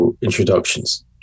introductions